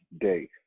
day